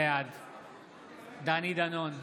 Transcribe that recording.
בעד דני דנון,